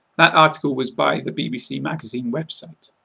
that article was by the bbc magazine website.